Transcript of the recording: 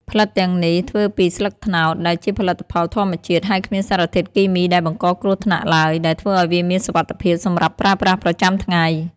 ផ្លិតទាំងនេះធ្វើពីស្លឹកត្នោត ដែលជាផលិតផលធម្មជាតិ ហើយគ្មានសារធាតុគីមីដែលបង្កគ្រោះថ្នាក់ឡើយ ដែលធ្វើឱ្យវាមានសុវត្ថិភាពសម្រាប់ប្រើប្រាស់ប្រចាំថ្ងៃ។